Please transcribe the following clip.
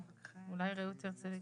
אולי רעות תרצה להתייחס,